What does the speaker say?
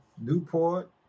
Newport